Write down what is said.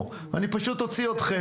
אני פשוט אוציא אתכם.